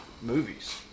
movies